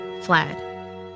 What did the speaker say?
fled